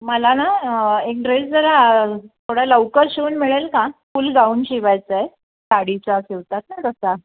मला ना एक ड्रेस जरा थोडा लवकर शिवून मिळेल का फुल गाऊन शिवायचा आहे साडीचा शिवतात ना तसा